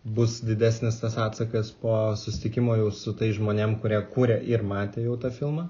bus didesnis tas atsakas po susitikimo jau su tais žmonėm kurie kūrė ir matė jau tą filmą